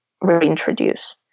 reintroduce